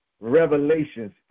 Revelations